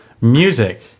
Music